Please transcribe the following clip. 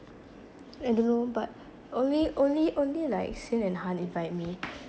I don't know but only only only like cyn and han invite me